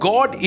God